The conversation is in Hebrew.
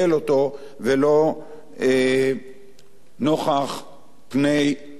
ולא נוכח פני כל העולם,